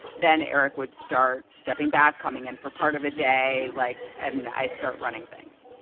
then eric would start stepping back, coming in for part of a day like and i start running things.